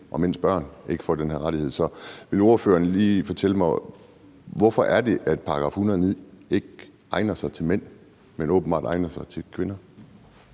og mænds børn ikke får den her rettighed. Så vil ordføreren fortælle mig, hvorfor § 109 ikke egner sig til mænd, men åbenbart egner sig til kvinder?